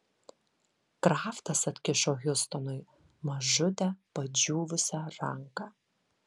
kraftas atkišo hiustonui mažutę padžiūvusią ranką